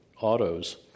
autos